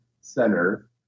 Center